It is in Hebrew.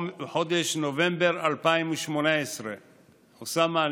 בחודש נובמבר 2018. אוסאמה,